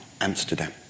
Amsterdam